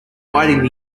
biting